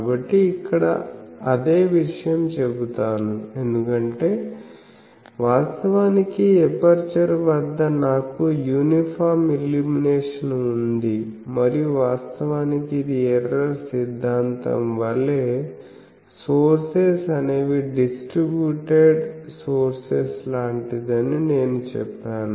కాబట్టి ఇక్కడ అదే విషయం చెబుతాను ఎందుకంటే వాస్తవానికి ఈ ఎపర్చరు వద్ద నాకు యూనిఫామ్ ఇల్యూమినేషన్ ఉంది మరియు వాస్తవానికి ఇది ఎర్రర్ సిద్ధాంతం వలె సోర్సెస్ అనేవి డిస్ట్రిబ్యూటెడ్ సోర్సెస్ లాంటిదని నేను చెప్పాను